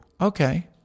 Okay